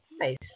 Nice